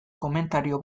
komentario